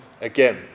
again